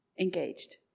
engaged